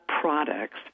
products